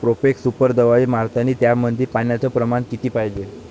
Profex super दवाई मारतानी त्यामंदी पान्याचं प्रमाण किती पायजे?